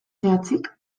zehatzik